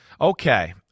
Okay